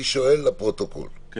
שואל לפרוטוקול כי